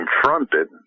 confronted